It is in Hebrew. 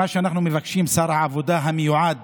מה שאנחנו מבקשים, שר העבודה המיועד